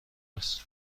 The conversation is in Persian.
است